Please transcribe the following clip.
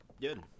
Good